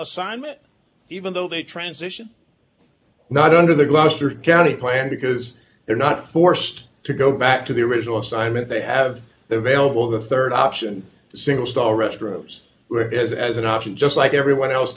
assignment even though they transition not under the gloucester county plan because they're not forced to go back to the original assignment they have available the rd option single stall rest rooms where is as an option just like everyone else